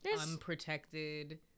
unprotected